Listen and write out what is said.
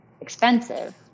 expensive